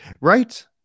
right